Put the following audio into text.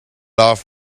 off